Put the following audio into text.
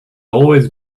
always